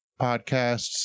Podcasts